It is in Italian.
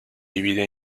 divide